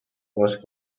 باز